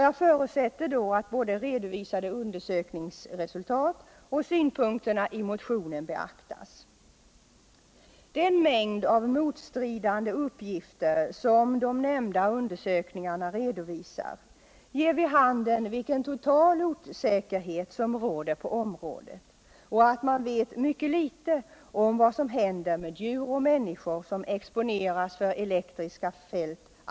Jag förutsätter då all såväl de redovisade undersökningsresultaten som synpunkterna i motionen beaktas. Den mängd av motstridande uppgifter som redovisats i de nämnda undersökningarna visar vilken total osäkerhet som råder på området. Man vet mycket litet om vad som händer med djur och människor som exponeras för elektriska fält.